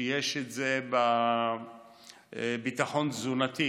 את זה יש בביטחון תזונתי,